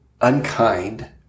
unkind